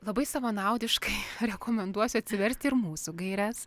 labai savanaudiškai rekomenduosiu atsiverti ir mūsų gaires